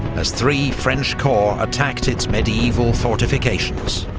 as three french corps attacked its medieval fortifications.